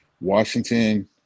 Washington